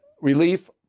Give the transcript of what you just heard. relief